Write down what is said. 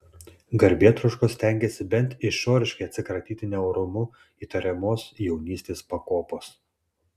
garbėtroškos stengėsi bent išoriškai atsikratyti neorumu įtariamos jaunystės pakopos